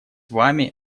вами